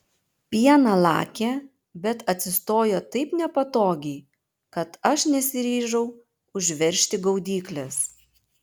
pieną lakė bet atsistojo taip nepatogiai kad aš nesiryžau užveržti gaudyklės